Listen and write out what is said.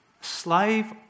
slave